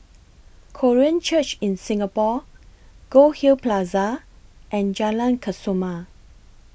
Korean Church in Singapore Goldhill Plaza and Jalan Kesoma